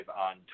on